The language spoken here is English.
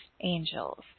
angels